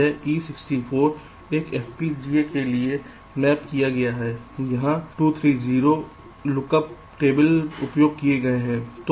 यह e64 एक FPGA के लिए मैप किया गया था जहाँ 230 लुक अप टेबल उपयोग किए गए थे